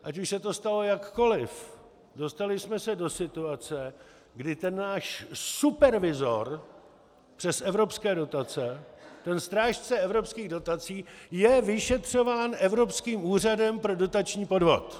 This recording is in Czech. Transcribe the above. Ať už se to stalo jakkoliv, dostali jsme se do situace, kdy ten náš supervizor přes evropské dotace, ten strážce evropských dotací, je vyšetřován Evropským úřadem pro dotační podvod.